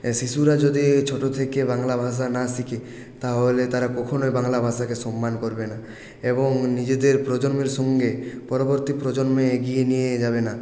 শিশুরা যদি এই ছোটো থেকে বাংলা ভাষা না শেখে তাহলে তারা কখনই বাংলা ভাষাকে সম্মান করবে না এবং নিজেদের প্রজন্মের সঙ্গে পরবর্তী প্রজন্মে এগিয়ে নিয়ে যাবে না